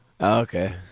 Okay